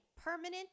permanent